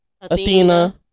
Athena